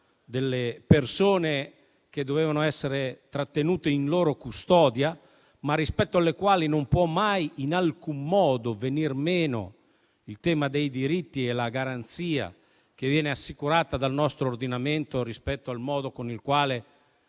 delle persone che dovevano essere trattenute in loro custodia. E rispetto ad esse non possono mai, in alcun modo, venir meno i diritti e le garanzie assicurati dal nostro ordinamento rispetto al modo con il quale